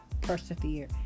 persevere